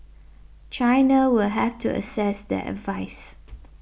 China will have to assess their advice